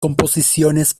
composiciones